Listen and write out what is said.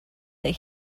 that